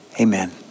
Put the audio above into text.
Amen